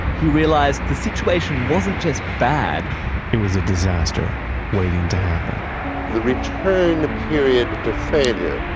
he realized the situation wasn't just bad it was a disaster waiting to happen the return period to failure